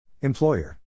Employer